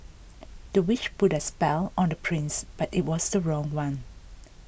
the witch put a spell on the prince but it was the wrong one